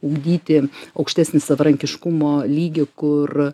ugdyti aukštesnį savarankiškumo lygį kur